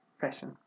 Fashion